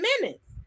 minutes